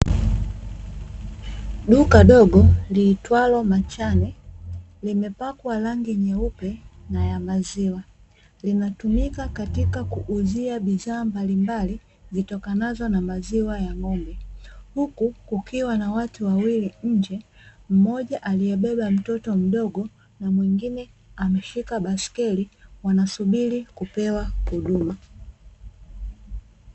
Duka dogo liitwalo "MACHANI", limepakwa rangi nyeupe na ya maziwa. Linatumika katika kuuzia bidhaa mbalimbali zitokanazo na maziwa ya ng'ombe. Huku kukiwa na watu wawili nje, mmoja aliyebeba mtoto mdogo na mwingine ameshika baiskeli, wanasubiri kupewa huduma.